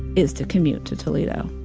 is to commute to toledo.